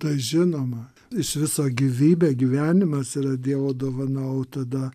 tai žinoma iš viso gyvybė gyvenimas yra dievo dovana o tada